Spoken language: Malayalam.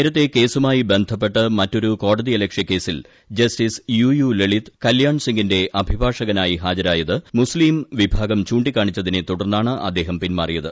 നേരത്തെ കേസുമായി ബന്ധപ്പെട്ട് മറ്റൊരു കോടതിയലക്ഷ്യ കേസിൽ ജസ്റ്റിസ് യൂ ിയു ്ലളിത് കല്യാൺസിങിന്റെ അഭിഭാഷകനായി ഹാജരായത് മുസ്ളീം വിഭാഗം ചൂണ്ടിക്കാണിച്ചതിന്നെ തൂടർന്നാണ് അദ്ദേഹം പിൻമാറിയത്